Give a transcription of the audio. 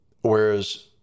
Whereas